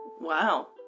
Wow